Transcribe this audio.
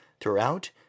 throughout